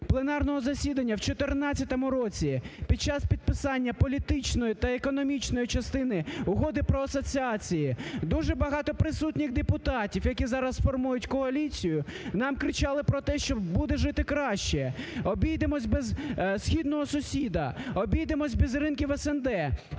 пленарного засіданні в 2014 році під час підписання політичної та економічної частини Угоди про асоціацію дуже багато присутніх депутатів, які зараз формують коаліцію нам кричали про те, що буде жити краще, обійдемось без східного сусіда, обійдемось без ринків СНД,